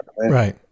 Right